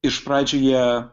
iš pradžių jie